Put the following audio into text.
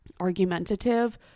argumentative